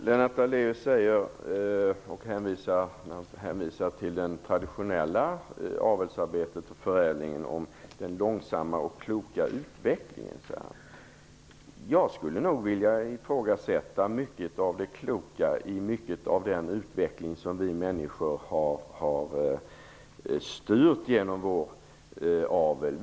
Fru talman! Lennart Daléus hänvisar till traditionellt avelsarbete och till förädling. Han talar om en långsam och klok utveckling. Jag skulle nog vilja ifrågasätta en hel del av det "kloka" i mycket av den utveckling som vi människor har styrt genom avel.